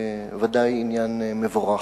ודאי עניין מבורך.